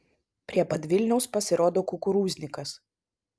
prie pat vilniaus pasirodo kukurūznikas